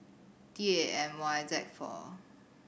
D A M Y Z four